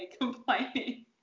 complaining